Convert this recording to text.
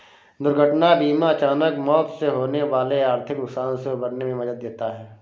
दुर्घटना बीमा अचानक मौत से होने वाले आर्थिक नुकसान से उबरने में मदद देता है